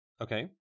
Okay